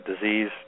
disease